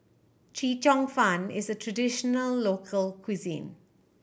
Chee Cheong Fun is a traditional local cuisine